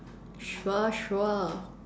sure sure